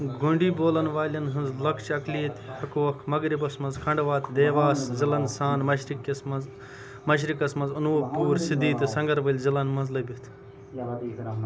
گونڈی بولن والٮ۪ن ہٕنٛز لۄکچہِ عکلیت حکوک مغرِبس منٛز کھنٛڈوات دیواس ضلعن سان مشرِقِس منٛز مشرِقَس منٛز انو پوٗر صدی تہٕ سنٛگر وٲلۍ ضلعن منٛز لٔبِتھ